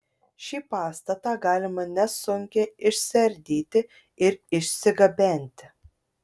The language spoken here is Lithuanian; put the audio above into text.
šį pastatą galima nesunkiai išsiardyti ir išsigabenti